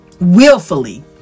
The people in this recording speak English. willfully